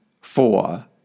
four